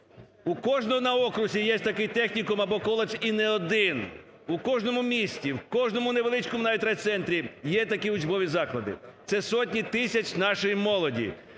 У кожного на окрузі є такий технікум або коледж і не один, у кожному місті, у кожному невеличкому навіть райцентрі є такі учбові заклади, це сотні тисяч нашої молоді.